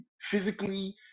Physically